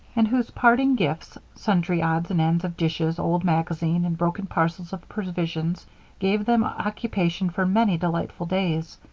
and whose parting gifts sundry odds and ends of dishes, old magazines, and broken parcels of provisions gave them occupation for many delightful days.